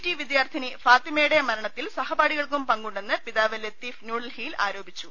T വിദ്യാർത്ഥിനി ഫാത്തിമയുടെ മരണത്തിൽ സഹ പാഠികൾക്കും പങ്കുണ്ടെന്ന് പിതാവ് ലത്തീഫ് ന്യൂഡൽഹിയിൽ ആരോപി ച്ചു